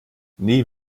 nie